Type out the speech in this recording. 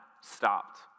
stopped